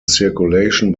circulation